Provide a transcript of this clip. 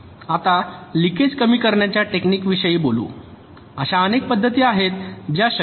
आता लिकेज कमी करण्याच्या टेक्निकविषयी बोलू अशा अनेक पद्धती आहेत ज्या शक्य आहेत